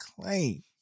claim